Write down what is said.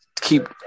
keep